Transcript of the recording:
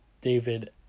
David